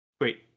Wait